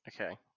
Okay